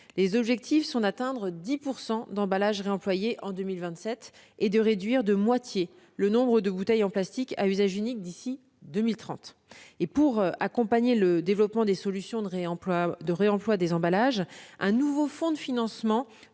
les objectifs sont d'atteindre 10 % d'emballages réemployés en 2027 et de réduire de moitié le nombre de bouteilles en plastique à usage unique d'ici à 2030. Pour accompagner le développement des solutions de réemploi des emballages, un nouveau fonds de financement